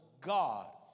God